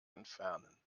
entfernen